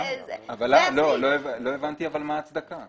לא הבנתי מה ההצדקה.